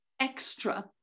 extra